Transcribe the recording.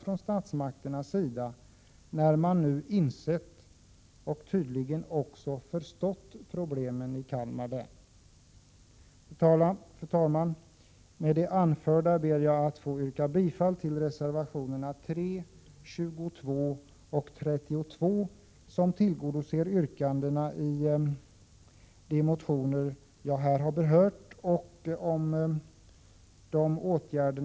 Man har ju insett att Kalmar län har problem. Tydligen förstår man även vad det handlar om. Fru talman! Med det anförda ber jag att få yrka bifall till reservationerna 3, 22 och 32 som tillgodoser yrkandena i de motioner som jag har berört i mitt anförande.